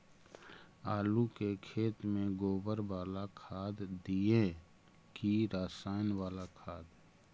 आलू के खेत में गोबर बाला खाद दियै की रसायन बाला खाद?